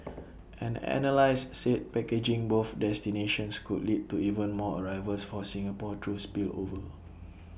an analyse said packaging both destinations could lead to even more arrivals for Singapore through spillover